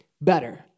better